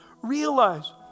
Realize